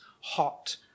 Hot